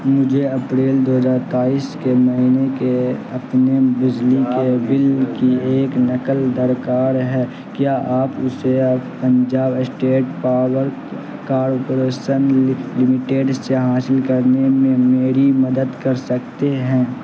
مجھے اپریل دو ہزار بائیس کے مہینے کے اپنے بجلی کے بل کی ایک نقل درکار ہے کیا آپ اسے آپ Punjab state power corporation limited سے حاصل کرنے میں میری مدد کر سکتے ہیں